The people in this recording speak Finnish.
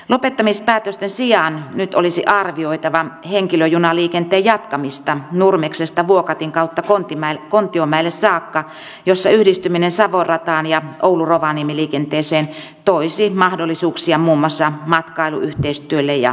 lopettamispäätösten sijaan nyt olisi arvioitava henkilöjunaliikenteen jatkamista nurmeksesta vuokatin kautta kontiomäelle saakka missä yhdistyminen savon rataan ja oulurovaniemi liikenteeseen toisi mahdollisuuksia muun muassa matkailuyhteistyölle ja matkailun kasvulle